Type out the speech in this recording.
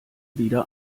wieder